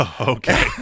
Okay